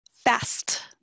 fast